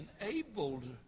enabled